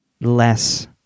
less